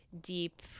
deep